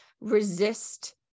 resist